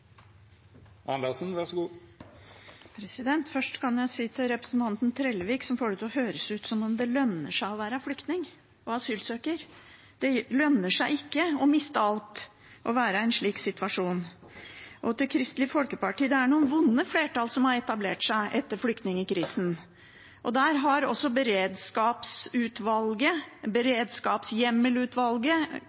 til å høres ut som om det lønner seg å være flyktning og asylsøker: Det lønner seg ikke å miste alt og være i en slik situasjon. Og til Kristelig Folkeparti: Det er noen vonde flertall som har etablert seg etter flyktningkrisen.